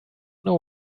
know